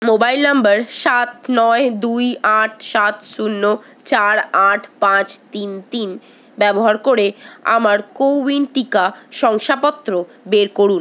mobile number সাত নয় দুই আট সাত শূন্য চার আট পাঁচ তিন তিন ব্যবহার করে আমার কো উইন টিকা শংসাপত্র বের করুন